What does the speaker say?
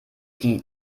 die